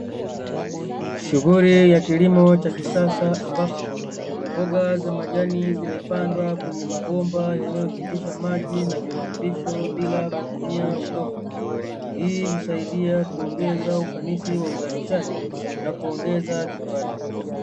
Shughuli ya kilimo cha kisasa, ambapo mbogamboga za majani zimepandwa kwenye mabomba yanayopitisha maji na virutubisho bila kutumia udongo. Hii husaidia kuongeza ufanisi wa uzalishaji na kuongeza kipato.